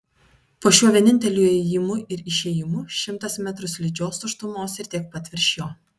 po šiuo vieninteliu įėjimu ir išėjimu šimtas metrų slidžios tuštumos ir tiek pat virš jo